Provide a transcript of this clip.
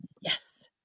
Yes